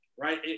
Right